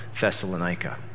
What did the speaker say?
Thessalonica